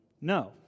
No